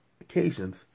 occasions